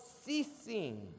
ceasing